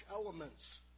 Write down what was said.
elements